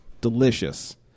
delicious